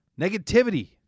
Negativity